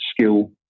skill